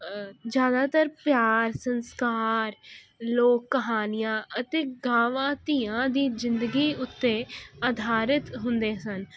ਜ਼ਿਆਦਾਤਰ ਪਿਆਰ ਸੰਸਕਾਰ ਲੋਕ ਕਹਾਨੀਆਂ ਅਤੇ ਗਾਵਾਂ ਧੀਆਂ ਦੀ ਜਿੰਦਗੀ ਉੱਤੇ ਅਧਾਰਿਤ ਹੁੰਦੇ ਸਨ